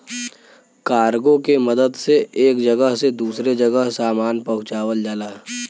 cargo के मदद से एक जगह से दूसरे जगह सामान पहुँचावल जाला